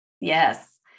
Yes